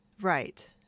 Right